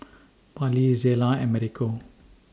Pallie Zela and Americo